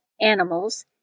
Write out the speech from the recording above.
animals